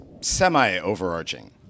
semi-overarching